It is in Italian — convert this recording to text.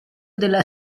della